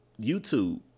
YouTube